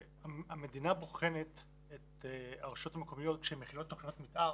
המדינה בוחנת את הרשויות המקומיות כשהן מכינות תוכניות מתאר